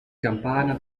campana